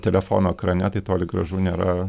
telefono ekrane tai toli gražu nėra